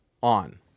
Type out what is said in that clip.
on